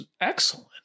excellent